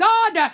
God